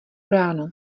ráno